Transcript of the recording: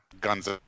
guns